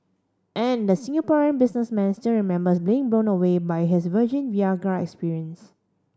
and the Singaporean businessman still remember being blown away by his virgin Viagra experience